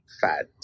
fat